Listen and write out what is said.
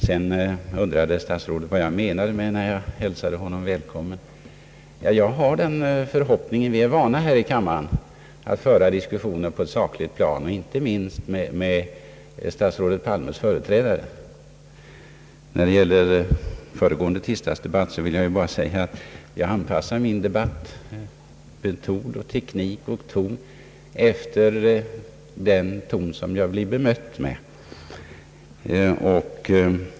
Statsrådet undrade vad jag menade när jag hälsade honom välkommen. Vi är vana här i kammaren att föra diskussionen på ett sakligt plan, och inte minst var detta förhållandet med statsrådet Palmes företrädare, När det gäller föregående torsdags debatt vill jag bara säga att jag anpassar min debatt — metod, teknik och ton — efter den ton som jag blir bemött med.